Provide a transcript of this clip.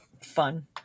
fun